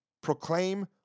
proclaim